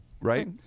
right